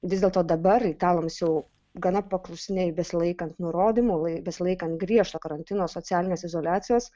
vis dėlto dabar italams jau gana paklusniai besilaikant nurodymų besilaikant griežto karantino socialinės izoliacijos